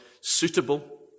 suitable